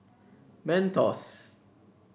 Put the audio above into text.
Mentos